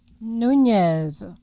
Nunez